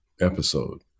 episode